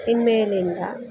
ಇನ್ಮೇಲಿಂದ